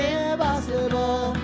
impossible